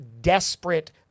desperate